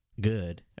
good